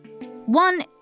One